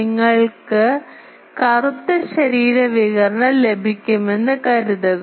നിങ്ങൾക്ക് കറുത്ത ശരീര വികിരണം ലഭിക്കുമെന്ന് കരുതുക